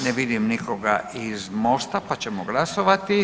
Ne vidim nikoga iz Most-a pa ćemo glasovati.